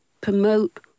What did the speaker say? promote